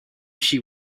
she